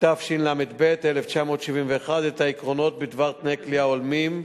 התשל"ב 1971, את העקרונות בדבר תנאי כליאה הולמים,